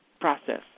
process